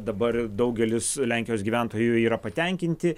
dabar ir daugelis lenkijos gyventojų jau yra patenkinti